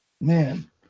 Man